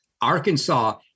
Arkansas